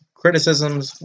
criticisms